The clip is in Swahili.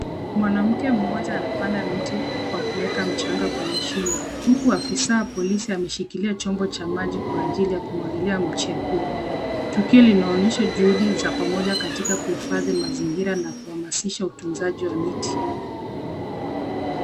Mwanamke mmoja anapanda mti kwa kuweka mchanga kwenye shimo, uku afisa wa polisi ameshikilia chombo cha maji kwa ajili ya kimwakilia mje huu, tukio linaonyesha juhudi za pamoja katika kuhifadi mazingira na kuhamasisha utunzaji wa mti